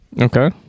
Okay